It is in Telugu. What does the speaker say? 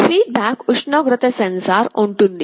ఫీడ్ బ్యాక్ ఉష్ణోగ్రత సెన్సార్ ఉంటుంది